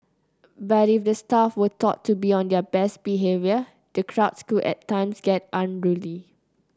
but if the staff were taught to be on their best behaviour the crowds could at times get unruly